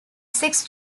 six